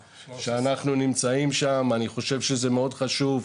שאנחנו נמצאים שם אני חושב שזה מאוד חשוב.